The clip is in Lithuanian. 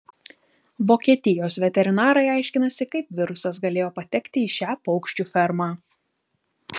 vokietijos veterinarai aiškinasi kaip virusas galėjo patekti į šią paukščių fermą